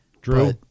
Drew